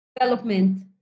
development